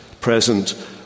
present